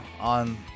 on